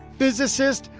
physicist,